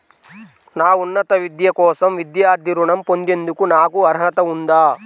నా ఉన్నత విద్య కోసం విద్యార్థి రుణం పొందేందుకు నాకు అర్హత ఉందా?